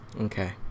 Okay